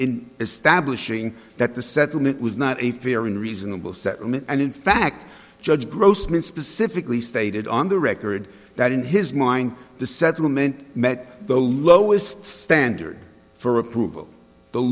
in establishing that the settlement was not a fair and reasonable settlement and in fact judge grossman specifically stated on the record that in his mind the settlement met the lowest standard for approval the